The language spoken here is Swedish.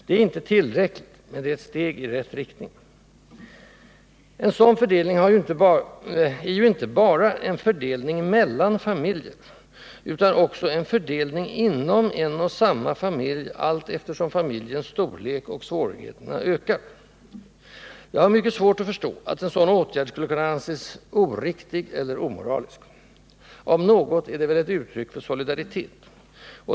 Det är inte Nr 56 tillräckligt, men det är ett steg i rätt riktning. En sådan fördelning är ju f. ö. Fredagen den inte bara en fördelning mellan familjer utan också en fördelning inom en och 15 december 1978 samma familj allteftersom familjens storlek och därmed svårigheterna ökar. Jag har mycket svårt att förstå att en sådan åtgärd skulle kunna anses oriktig eller omoralisk. Om något är det väl ett uttryck för solidaritet.